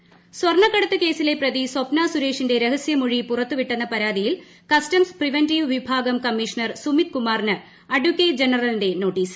സ്വർണക്കടത്ത് സ്വർണക്കടത്ത് കേസിലെ പ്രതി സ്ഥപ്ന സുരേഷിന്റെ രഹസ്യമൊഴി പുറത്ത് വിട്ടെന്ന പരാതിയിൽ കസ്റ്റംസ് പ്രിവന്റീവ് വിഭാഗം കമ്മീഷണർ സുമിത് കുമാറിന് അഡക്കറ്റ് ജനറലിന്റെ നോട്ടീസ്